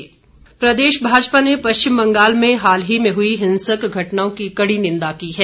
भाजपा प्रदर्शन प्रदेश भाजपा ने पश्चिम बंगाल में हाल ही में हुई हिंसक घटनाओं की कड़ी निंदा की है